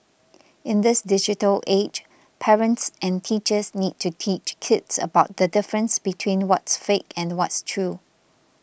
in this digital age parents and teachers need to teach kids about the difference between what's fake and what's true